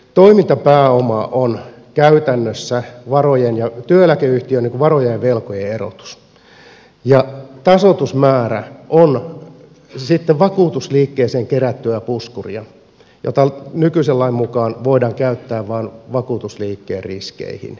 toimintapääoma on käytännössä työeläkeyhtiön varojen ja velkojen erotus ja tasoitusmäärä on sitten vakuutusliikkeeseen kerättyä puskuria jota nykyisen lain mukaan voidaan käyttää vain vakuutusliikkeen riskeihin